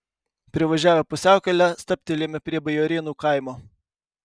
privažiavę pusiaukelę stabtelėjome prie bajorėnų kaimo